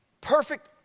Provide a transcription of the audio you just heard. perfect